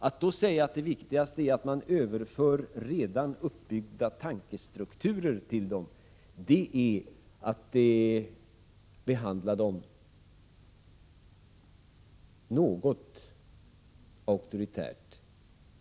Att då säga att det viktigaste är att överföra redan uppbyggda tankestrukturer till eleverna är att behandla dem något auktoritärt, tycker jag.